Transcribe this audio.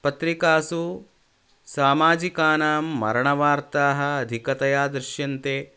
पत्रिकासु सामाजिकानां मरणवार्ताः अधिकतया दृष्यन्ते